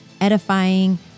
Edifying